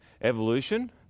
evolution